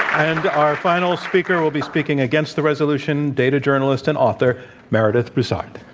and our final speaker will be speaking against the resolution, data journalist and author meredith broussard.